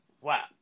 wow